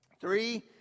Three